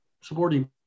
supporting